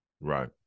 Right